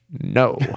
no